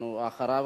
אחריו,